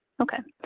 okay,